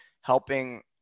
helping